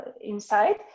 inside